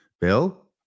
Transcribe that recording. Bill